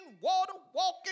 water-walking